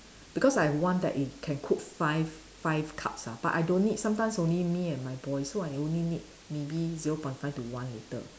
because I've one that is can cook five five cups ah but I don't need sometimes only me and my boy so I only need maybe zero point five to one litre